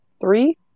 three